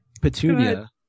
Petunia